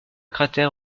cratère